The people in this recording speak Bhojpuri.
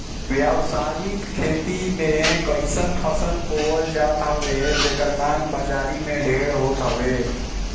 व्यावसायिक खेती में अइसन फसल बोअल जात हवे जेकर मांग बाजारी में ढेर होत हवे